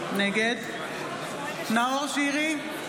נגד נאור שירי,